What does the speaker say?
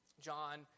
John